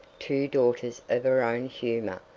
two daughters of her own humor,